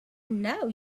know